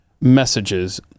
messages